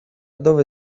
dove